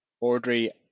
Audrey